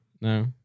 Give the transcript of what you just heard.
No